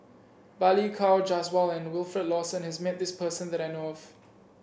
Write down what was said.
Balli Kaur Jaswal and Wilfed Lawson has met this person that I know of